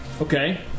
Okay